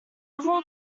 overall